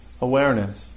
awareness